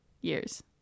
years